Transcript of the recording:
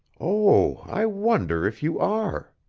oh i wonder if you are.